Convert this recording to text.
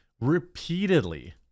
repeatedly